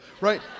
right